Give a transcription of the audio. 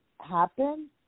happen